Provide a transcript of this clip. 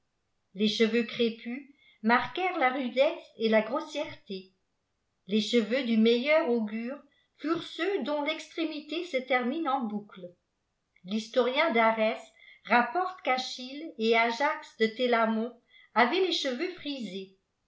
les cheveux crépus marquèrent la rudesse et la grossièreté les cheveux du meilleur augure furent ceux dont l'extrémité se termine en boucles l historien darès rapporte qu'achille et ajax de télamon avaient les cheveux frisés